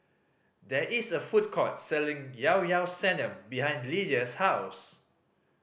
there is a food court selling Llao Llao Sanum behind Lidia's house